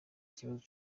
ikibazo